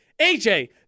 AJ